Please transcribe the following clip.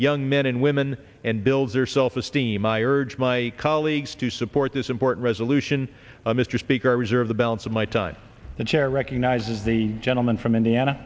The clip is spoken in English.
young men and women and builds their self esteem i urge my colleagues stu support this important resolution mr speaker i reserve the balance of my time the chair recognizes the gentleman from indiana